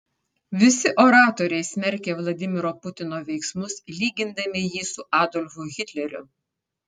visi oratoriai smerkė vladimiro putino veiksmus lygindami jį su adolfu hitleriu